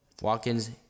Watkins